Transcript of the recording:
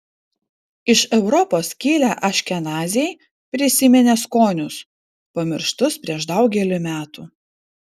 iš europos kilę aškenaziai prisiminė skonius pamirštus prieš daugelį metų